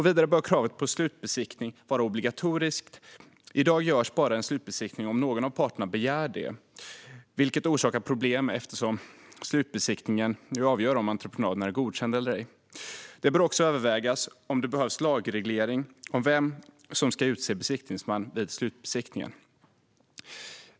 Vidare bör det vara ett obligatoriskt krav på slutbesiktning. I dag görs bara en slutbesiktning om någon av parterna begär det, vilket orsakar problem eftersom slutbesiktningen avgör om entreprenaden är godkänd eller ej. Det bör också övervägas om det behövs en lagreglering i fråga om vem som ska utse besiktningsman vid slutbesiktningen.